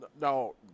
No